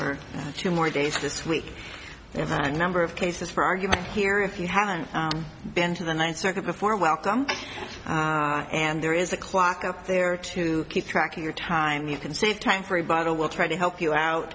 for two more days this week and that number of cases for argument here if you haven't been to the ninth circuit before welcome and there is a clock up there to keep track of your time you can save time free by the we'll try to help you out